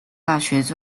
大学